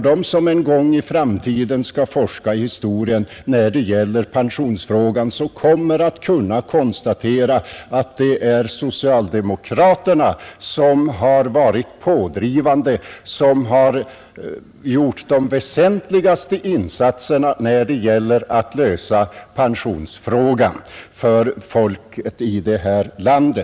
De som en gång i framtiden skall forska i historien om pensionsfrågan kommer att kunna konstatera att det är socialdemokraterna som varit pådrivande, som har gjort de väsentligaste insatserna för att lösa pensionsfrågan för folket i detta land.